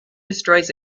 destroys